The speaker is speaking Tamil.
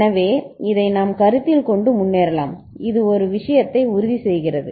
எனவே இதை நாம் கருத்தில் கொண்டு முன்னேறலாம் இது ஒரு விஷயத்தை உறுதி செய்கிறது